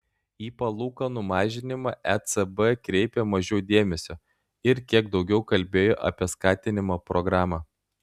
į palūkanų mažinimą ecb kreipė mažiau dėmesio ir kiek daugiau kalbėjo apie skatinimo programą